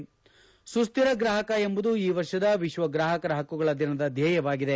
ಸುಸ್ಕಿರ ಗ್ರಾಹಕ ಎಂಬುದು ಈ ವರ್ಷದ ವಿಶ್ವ ಗ್ರಾಹಕರ ಹಕ್ಕುಗಳ ದಿನದ ಧ್ಯೇಯವಾಗಿದೆ